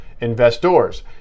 investors